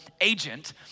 agent